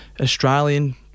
Australian